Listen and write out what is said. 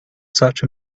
such